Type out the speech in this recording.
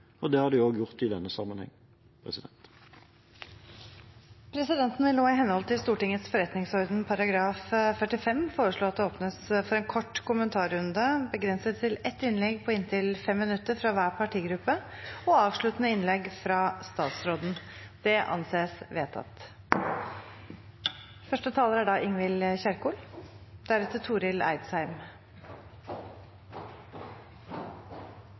Det har de også gjort i denne sammenheng. Presidenten vil nå, i henhold til Stortingets forretningsorden § 45, foreslå at det åpnes for en kort kommentarrunde begrenset til ett innlegg på inntil 5 minutter fra hver partigruppe og avsluttende innlegg fra statsråden. – Det anses vedtatt.